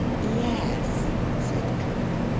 yes, said cleek.